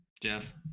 Jeff